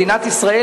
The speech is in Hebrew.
מדינת ישראל,